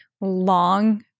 Long